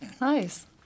Nice